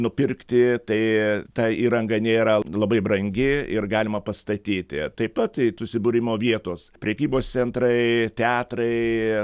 nupirkti tai ta įranga nėra labai brangi ir galima pastatyti taip pat susibūrimo vietos prekybos centrai teatrai